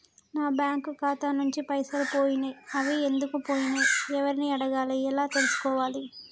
నా బ్యాంకు ఖాతా నుంచి పైసలు పోయినయ్ అవి ఎందుకు పోయినయ్ ఎవరిని అడగాలి ఎలా తెలుసుకోవాలి?